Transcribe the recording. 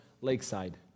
Lakeside